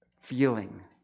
feeling